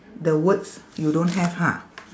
the words you don't have ha